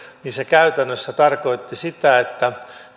se käytännössä tarkoitti sitä että